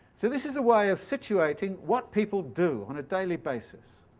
so this is a way of situating what people do on a daily basis.